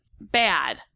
bad